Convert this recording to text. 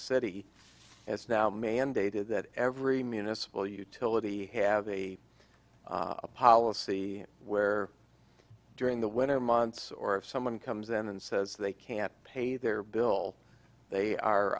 it's now mandated that every municipal utility have a policy where during the winter months or if someone comes in and says they can't pay their bill they are